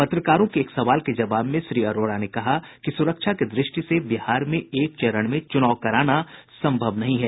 पत्रकारों के एक सवाल के जवाब में श्री अरोड़ा ने कहा कि सुरक्षा की दृष्टि से बिहार में एक चरण में चुनाव कराना संभव नहीं है